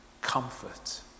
comfort